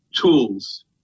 tools